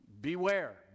beware